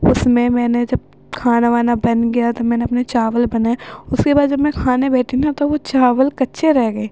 اس میں میں نے جب کھانا وانا بن گیا تو میں نے اپنے چاول بنائے اس کے بعد جب میں کھانے بیٹھی نا تو وہ چاول کچّے رہ گئے